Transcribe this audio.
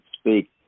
speak